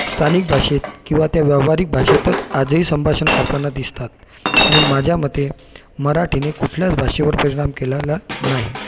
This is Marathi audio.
स्थानिक भाषेत किंवा त्या व्यावहारिक भाषेतच आजही संभाषण करताना दिसतात माझ्या मते मराठीने कुठल्याच भाषेवर परिणाम केलाला नाही